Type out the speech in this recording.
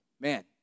Man